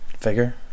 Figure